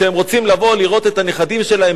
כשהם רוצים לבוא לראות את הנכדים שלהם,